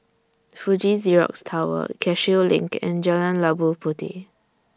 Fuji Xerox Tower Cashew LINK and Jalan Labu Puteh